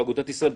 באגודת ישראל,